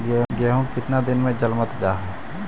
गेहूं केतना दिन में जलमतइ जा है?